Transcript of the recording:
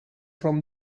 from